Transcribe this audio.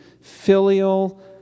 filial